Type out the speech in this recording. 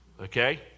Okay